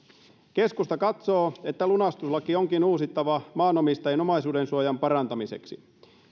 keskusta katsoo että lunastuslaki onkin uusittava maanomistajan omaisuudensuojan parantamiseksi